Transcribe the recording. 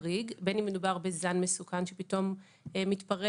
חריג בין אם מדובר בזן מסוכן שפתאום מתפרץ,